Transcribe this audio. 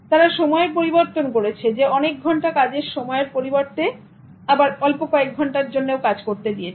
তারা সময়ের পরিবর্তন করেছে অনেক ঘন্টার কাজের সময় রেখেছে আবার অল্প কয়েক ঘণ্টার জন্য রেখেছে